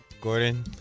Gordon